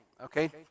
okay